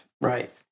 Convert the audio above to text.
right